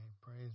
praise